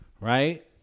right